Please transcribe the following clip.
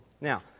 Now